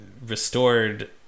restored